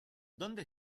dónde